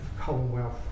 Commonwealth